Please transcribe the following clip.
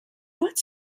pot